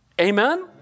Amen